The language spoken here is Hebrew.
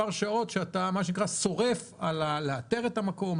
מספר שעות שאתה מה שנקרא "שורף" לאתר את המקום,